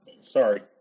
sorry